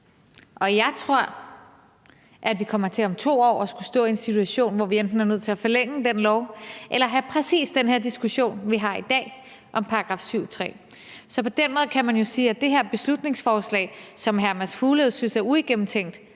Og jeg tror, at vi kommer til om 2 år at skulle stå i en situation, hvor vi enten er nødt til at forlænge den lov eller have præcis den her diskussion, vi har i dag, om § 7, stk. 3. Så på den måde kan man jo sige, at det her beslutningsforslag, som hr. Mads Fuglede synes er uigennemtænkt,